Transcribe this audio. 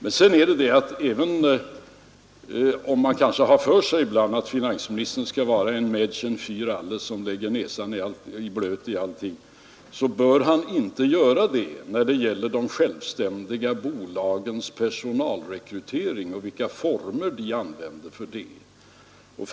Men även om man kanske har för sig ibland att finansministern skall vara en Mädchen fär alles, som lägger näsan i blöt i allting, bör han inte göra det när det gäller de självständiga bolagens personalrekrytering och de former de använder för den.